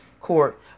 Court